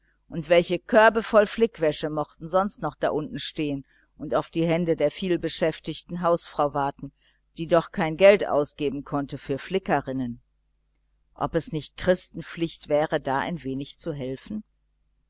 und welche körbe voll flickwäsche mochten sonst noch da unten stehen und auf die hände der vielbeschäftigten hausfrau warten die doch kein geld ausgeben konnte für flickerinnen ob es nicht christenpflicht wäre da ein wenig zu helfen